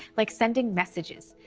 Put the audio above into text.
like sending messages.